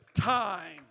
time